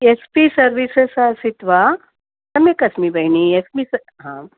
S P services आसीत् वा सम्यगस्मि भगिनि एस् पि हाम्